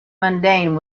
mundane